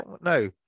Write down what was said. no